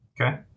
Okay